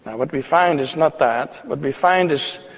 what we find is not that, what we find is.